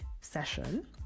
session